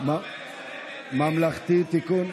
ממלכתי (תיקון,